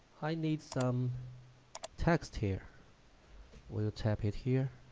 i need some text here will type it here